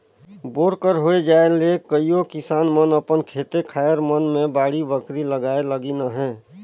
bore कर होए जाए ले कइयो किसान मन अपन खेते खाएर मन मे बाड़ी बखरी लगाए लगिन अहे